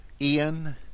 Ian